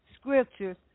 scriptures